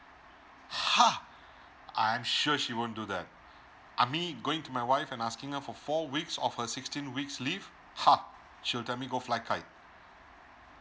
!huh! I'm sure she won't do that I mean going to my wife and asking her for four weeks of her sixteen weeks leave !huh! she'll tell me go fly kite